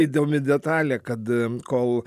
įdomi detalė kad kol